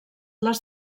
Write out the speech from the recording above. les